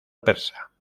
persa